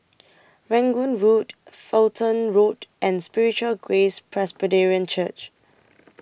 Rangoon Road Fulton Road and Spiritual Grace Presbyterian Church